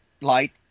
light